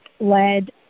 led